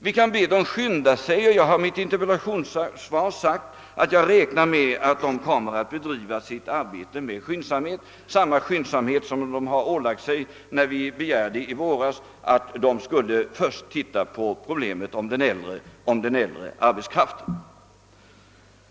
Vi kan be den påskynda sitt arbete, och jag har i mitt interpellationssvar uttalat, att jag räknar med att den kommer att bedriva sitt arbete med skyndsamhet — samma skyndsamhet som den ålade sig när vi i våras begärde att den först skulle ta itu med problemet om den äldre arbetskraften.